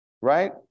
right